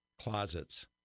Closets